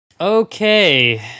okay